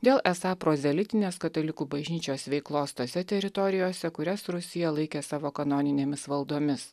dėl esą prozelitinės katalikų bažnyčios veiklos tose teritorijose kurias rusija laikė savo kanoninėmis valdomis